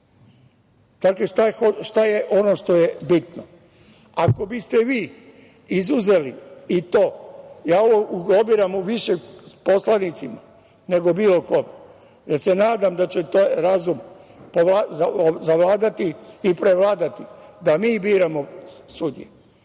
advokaturi. Znate šta je bitno? Ako biste vi izuzeli i to, ja ovo lobiram više poslanicima nego bilo kome, jer se nadam da će razum zavladati i prevladati, da mi biramo sudije,